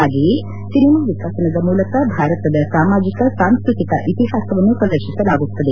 ಹಾಗೆಯೇ ಸಿನೆಮಾ ವಿಕಸನದ ಮೂಲಕ ಭಾರತದ ಸಾಮಾಜಿಕ ಸಾಂಸ್ವೃತಿಕ ಇತಿಹಾಸವನ್ನು ಪ್ರದರ್ಶಿಸಲಾಗುತ್ತದೆ